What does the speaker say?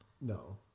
No